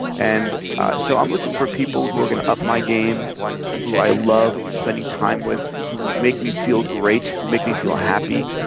and so i'm looking for people who are gonna up my game who i love spending time with, who make me feel great, who make me feel happy,